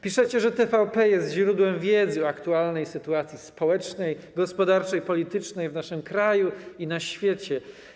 Piszecie, że TVP jest źródłem wiedzy o aktualnej sytuacji społecznej, gospodarczej i politycznej w naszym kraju i na świecie.